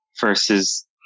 versus